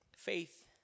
Faith